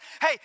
hey